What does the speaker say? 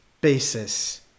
basis